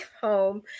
home